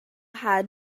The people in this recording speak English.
had